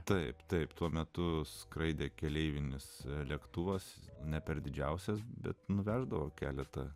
taip taip tuo metu skraidė keleivinis lėktuvas ne per didžiausias bet nuveždavo keletą